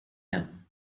him